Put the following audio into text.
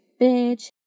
bitch